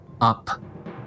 up